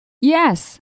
Yes